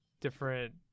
different